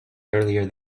earlier